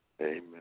Amen